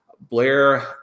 blair